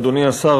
אדוני השר,